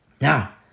Now